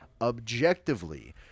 objectively